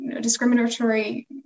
discriminatory